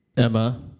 Emma